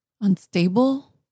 Unstable